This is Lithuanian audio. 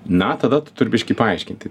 na tada biškį paaiškinti